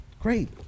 Great